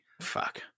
Fuck